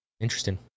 interesting